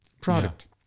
product